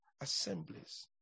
assemblies